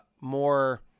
more